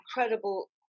incredible